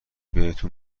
بهتون